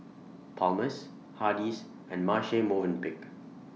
Palmer's Hardy's and Marche Movenpick